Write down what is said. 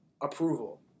approval